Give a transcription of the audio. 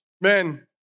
men